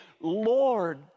Lord